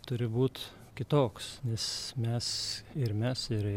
turi būt kitoks nes mes ir mes ir